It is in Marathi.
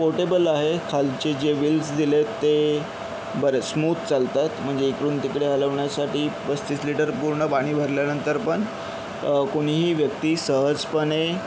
पोर्टेबल आहे खालचे जे व्हील्स दिलेत ते बरे स्मूथ चालतात म्हणजे इकडून तिकडे हलवण्यासाठी पस्तीस लिटर पूर्ण पाणी भरल्यानंतर पण कोणीही व्यक्ति सहजपणे